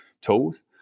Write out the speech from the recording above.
tools